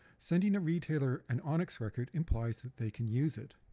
sending a retailer an onix record implies that they can use it.